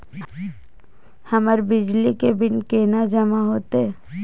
हमर बिजली के बिल केना जमा होते?